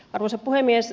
arvoisa puhemies